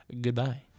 Goodbye